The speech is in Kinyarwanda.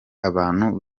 abantu